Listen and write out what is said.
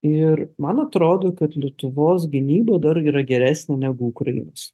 ir man atrodo kad lietuvos gynyba dar yra geresnė negu ukrainos